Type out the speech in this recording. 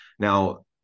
Now